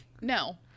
No